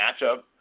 matchup